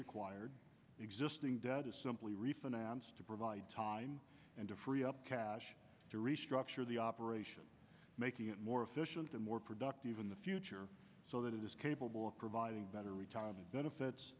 required the existing debt is simply refinanced to provide time and to free up cash to restructure the operation making it more efficient and more productive in the future so that it is capable of providing better retirement benefits